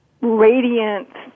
radiant